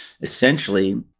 essentially